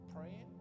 praying